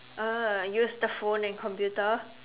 uh use the phone and computer